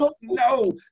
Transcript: no